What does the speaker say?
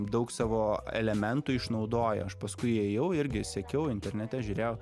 daug savo elementų išnaudoja aš paskui ėjau irgi sekiau internete žiūrėjau